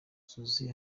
zuzuye